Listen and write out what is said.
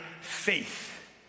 faith